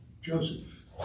Joseph